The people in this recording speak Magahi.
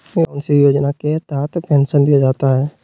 कौन सी योजना के तहत पेंसन दिया जाता है?